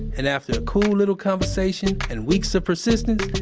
and after a cool little conversation, and weeks of persistence,